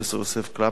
פרופסור יוסף קלפטר,